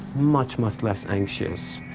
much, much less anxious,